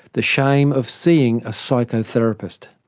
the shame of seeing a psychotherapist.